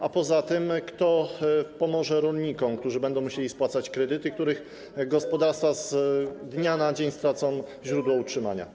A poza tym kto pomoże rolnikom, którzy będą musieli spłacać kredyty i których gospodarstwa z dnia na dzień stracą źródło utrzymania?